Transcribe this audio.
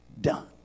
done